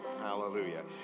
hallelujah